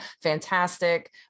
fantastic